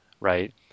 right